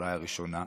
אולי הראשונה.